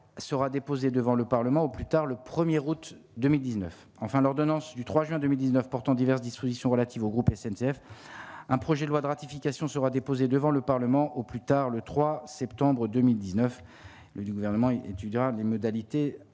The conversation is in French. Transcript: sera déposée devant le Parlement, au plus tard le 1er août 2019 enfin l'ordonnance du 3 juin 2019 portant diverses dispositions relatives au groupe SNCF un projet de loi de ratification sera déposée devant le Parlement, au plus tard le 3 septembre 2019 le du gouvernement étudiera les modalités